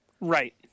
Right